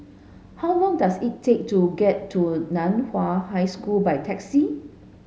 how long does it take to get to Nan Hua High School by taxi